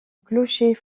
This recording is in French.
clocher